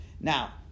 Now